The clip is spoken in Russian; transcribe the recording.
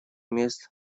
мест